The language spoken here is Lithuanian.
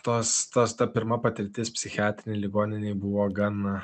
tos tos ta pirma patirtis psichiatrinėj ligoninėj buvo gan